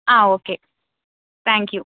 okay thank you